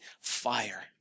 fire